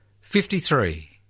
fifty-three